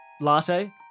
latte